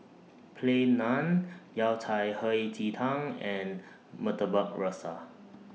Plain Baan Yao Cai Hei Ji Tang and Murtabak Rusa